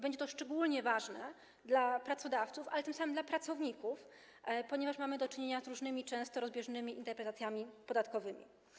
Będzie to szczególnie ważne dla pracodawców, a tym samym i dla pracowników, ponieważ mamy do czynienia z różnymi, często rozbieżnymi interpretacjami podatkowymi.